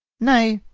nay,